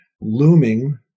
looming